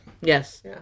Yes